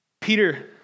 Peter